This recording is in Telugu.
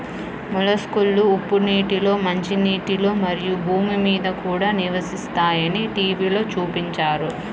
మొలస్క్లు ఉప్పు నీటిలో, మంచినీటిలో, మరియు భూమి మీద కూడా నివసిస్తాయని టీవిలో చూపించారు